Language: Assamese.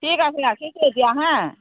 ঠিক আছে ৰাখিছোঁ এতিয়া হা